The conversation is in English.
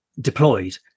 deployed